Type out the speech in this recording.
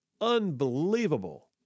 Unbelievable